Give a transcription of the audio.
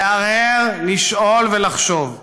להרהר, לשאול ולחשוב: